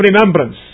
remembrance